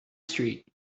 street